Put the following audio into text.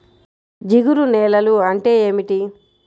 జిగురు నేలలు అంటే ఏమిటీ?